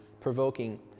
provoking